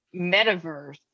metaverse